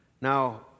Now